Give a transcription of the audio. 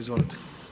Izvolite.